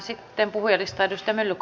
sitten puhujalistaan